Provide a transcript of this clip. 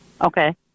Okay